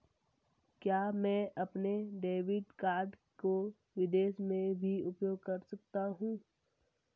क्या मैं अपने डेबिट कार्ड को विदेश में भी उपयोग कर सकता हूं?